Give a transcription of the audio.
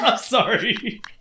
sorry